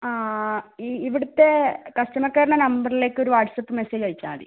ആ ആ അ ഇവിടുത്തെ കസ്റ്റമർ കെയറിൻ്റെ നമ്പറിലേക്ക് ഒര് വാട്സപ്പ് മെസ്സേജ് അയച്ചാൽ മതി